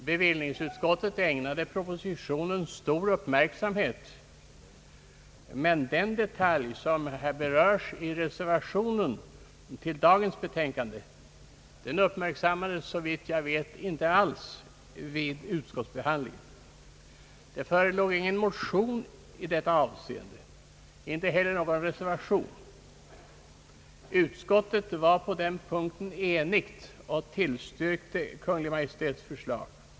Bevillningsutskottet ägnade Ppropositionen stor uppmärksamhet, men den detalj som berörs i reservationen till dagens betänkande uppmärksammades såvitt jag vet inte alls vid utskottsbehandlingen. Det förelåg ingen motion i deita avseende, inte heller någon reservation. Utskottet var på den punkten enigt och tillstyrkte Kungl. Maj:ts förslag.